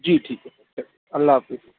جی ٹھیک ہے پھر اللہ حافظ